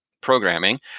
programming